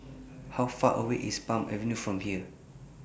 How Far away IS Palm Avenue from here